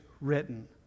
written